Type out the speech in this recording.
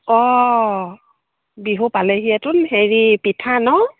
অঁ বিহু পালেহিয়েতোন হেৰি পিঠা ন